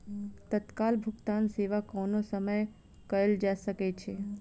तत्काल भुगतान सेवा कोनो समय कयल जा सकै छै